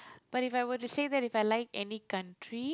but if I were to say that if I like any country